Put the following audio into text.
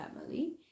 family